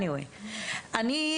אני,